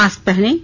mask पहनें